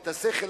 את הנפש שלהם.